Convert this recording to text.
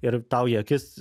ir tau į akis